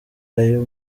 ayo